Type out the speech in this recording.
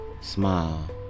smile